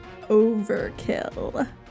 Overkill